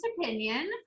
opinion